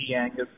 Angus